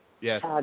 Yes